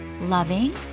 loving